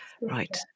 Right